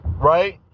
right